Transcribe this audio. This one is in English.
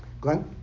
Glenn